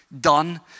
done